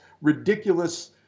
ridiculous